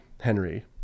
Henry